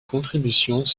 contributions